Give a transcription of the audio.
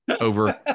over